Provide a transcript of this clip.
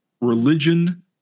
religion